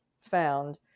found